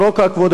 כבוד היושב-ראש,